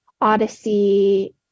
Odyssey